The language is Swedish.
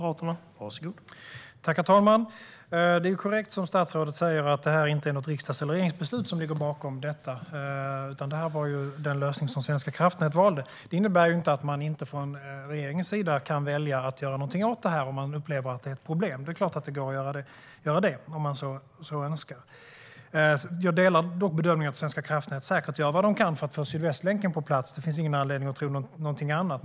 Herr talman! Det som statsrådet säger är korrekt - det är inte något riksdags eller regeringsbeslut som ligger bakom detta, utan det var den lösning som Svenska kraftnät valde. Det innebär inte att man inte kan välja att göra någonting åt det här från regeringens sida om man upplever att det är ett problem. Det är klart att det går att göra det om man så önskar. Jag delar dock bedömningen att Svenska kraftnät säkert gör vad de kan för att få Sydvästlänken på plats. Det finns ingen anledning att tro någonting annat.